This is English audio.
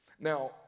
Now